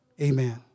Amen